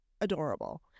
adorable